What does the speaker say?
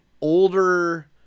older